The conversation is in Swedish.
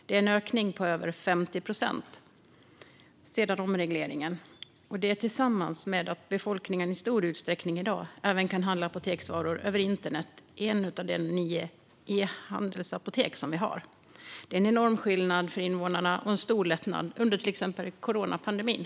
Det är en ökning på över 50 procent sedan omregleringen. I dag kan befolkningen i stor utsträckning även handla apoteksvaror över internet i de nio e-handelsapotek vi har. Det är en enorm skillnad för invånarna och innebar en stor lättnad under till exempel coronapandemin.